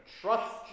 trust